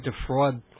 defraud